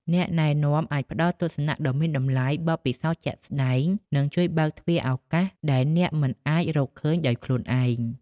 អ្នកណែនាំអាចផ្តល់ទស្សនៈដ៏មានតម្លៃ បទពិសោធន៍ជាក់ស្តែង និងជួយបើកទ្វារឱកាសដែលអ្នកមិនអាចរកឃើញដោយខ្លួនឯង។